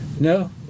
no